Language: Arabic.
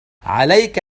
عليك